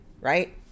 right